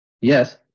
Yes